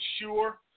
sure